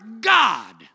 God